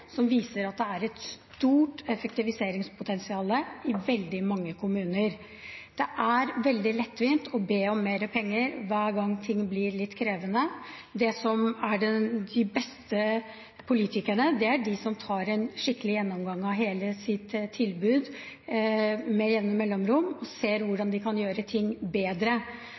som viser at det er et stort effektiviseringspotensial i veldig mange kommuner. Det er veldig lettvint å be om mer penger hver gang ting blir litt krevende. De som er de beste politikerne, er de som tar en skikkelig gjennomgang av hele sitt tilbud med jevne mellomrom og ser hvordan de kan gjøre ting bedre.